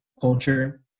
culture